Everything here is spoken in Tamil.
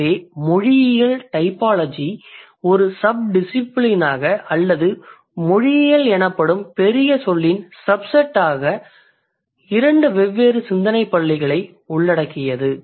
எனவே மொழியியல் டைபாலஜி ஒரு சப் டிசிபிலினாக அல்லது மொழியியல் எனப்படும் பெரிய சொல்லின் சப்செட் ஆக இரண்டு வெவ்வேறு சிந்தனைப் பள்ளிகளை உள்ளடக்கியது